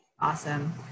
Awesome